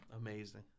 Amazing